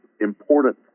important